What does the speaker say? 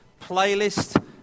Playlist